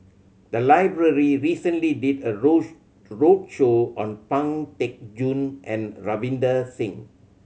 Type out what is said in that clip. the library recently did a roadshow on Pang Teck Joon and Ravinder Singh